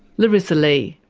larisa lee.